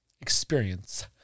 experience